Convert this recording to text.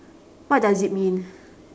what does it mean